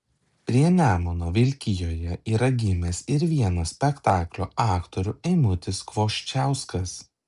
prie nemuno vilkijoje yra gimęs ir vienas spektaklio aktorių eimutis kvoščiauskas